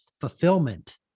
fulfillment